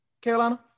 Carolina